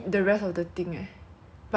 is quite different from the one in singapore